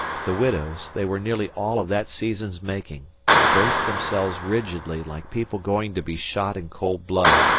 the widows they were nearly all of that season's making braced themselves rigidly like people going to be shot in cold blood,